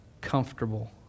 Comfortable